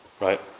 right